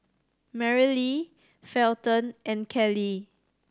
Merrilee Felton and Kellee